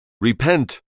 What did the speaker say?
Repent